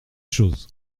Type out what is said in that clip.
chose